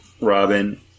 Robin